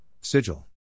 Sigil